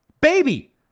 Baby